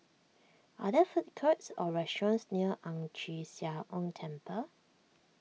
are there food courts or restaurants near Ang Chee Sia Ong Temple